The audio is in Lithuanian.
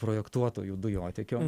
projektuotojų dujotiekio